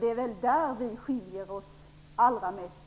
Det är väl här vi skiljer oss åt allra mest.